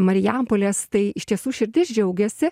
marijampolės tai iš tiesų širdis džiaugiasi